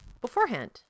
beforehand